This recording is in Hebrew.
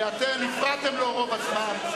ואתם הפרעתם לו רוב הזמן.